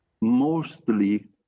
mostly